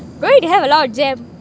but then you will have a lot of jam